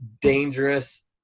dangerous